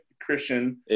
Christian